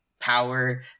power